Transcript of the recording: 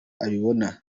abibona